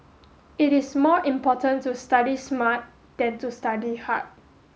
it is more important to study smart than to study hard